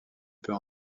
peut